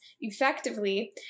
effectively